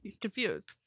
confused